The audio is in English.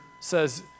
says